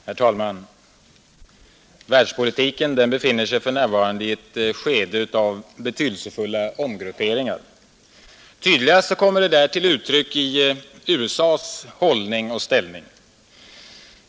Herr talman! Världspolitiken befinner sig för närvarande i ett skede av betydelsefulla omgrupperingar. Tydligast kommer detta till uttryck i USAs hållning och ställning.